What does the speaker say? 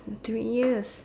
three years